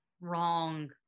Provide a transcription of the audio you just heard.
wrong